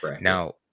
Now